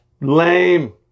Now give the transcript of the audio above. Lame